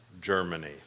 Germany